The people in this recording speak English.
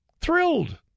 thrilled